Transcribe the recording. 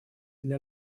для